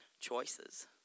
choices